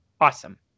awesome